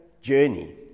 journey